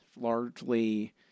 largely